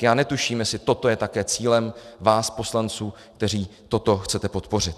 Já netuším, jestli toto je také cílem vás poslanců, kteří toto chcete podpořit.